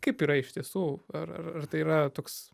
kaip yra iš tiesų ar ar tai yra toks